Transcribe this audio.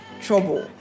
trouble